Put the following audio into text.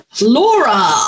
Laura